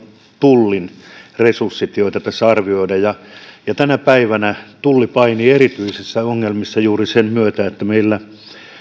tullin resursseja joita tässä arvioidaan tänä päivänä tulli painii erityisissä ongelmissa juuri sen myötä että meillä